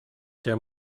there